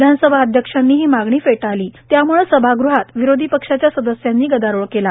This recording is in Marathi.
विधानसभा अध्यक्षांनी ही मागणी फेटळली त्यामुळे सभागृहात विरोधी पक्षाच्या सदस्यांनी गदारोळ केला